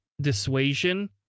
dissuasion